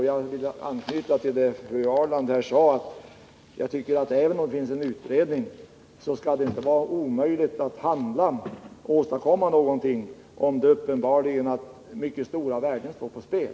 Jag vill anknyta till vad Karin Arland sade, att även om det finns en utredning bör det inte vara omöjligt att handla, att åstadkomma någonting, om det är uppenbart att mycket stora värden står på spel.